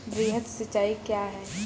वृहद सिंचाई कया हैं?